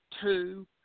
two –